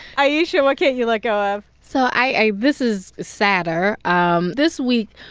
ayesha, what can't you let go of? so i this is sadder. um this week,